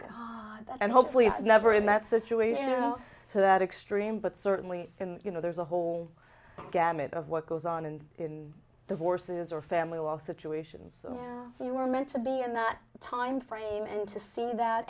that and hopefully it's never in that situation you know that extreme but certainly in you know there's a whole gamut of what goes on and in the horses are family law situations you were meant to be in that timeframe and to see that